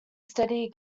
steady